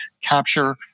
capture